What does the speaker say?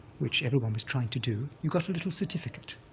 which everyone was trying to do, you got a little certificate,